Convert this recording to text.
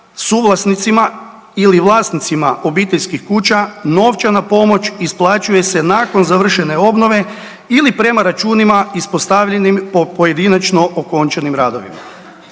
suvlasnicima ili vlasnicima obiteljskih kuća novčana pomoć isplaćuje se nakon završene obnove ili prema računima ispostavljenim po pojedinačno okončanim radovima.